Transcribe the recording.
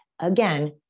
Again